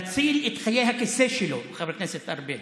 להציל את חיי הכיסא שלו, חבר הכנסת ארבל.